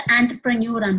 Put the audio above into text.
entrepreneur